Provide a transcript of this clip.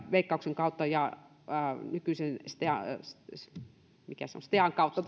veikkauksen kautta ja nykyisen stean kautta